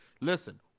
Listen